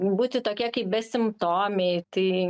būti tokie kaip besimptomiai tai